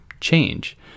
change